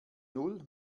null